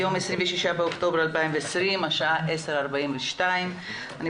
היום ה-26 באוקטובר 2020. השעה 10:42. אני